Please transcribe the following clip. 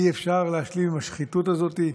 אי-אפשר להשלים עם השחיתות הזאת?